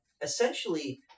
Essentially